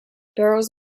barrels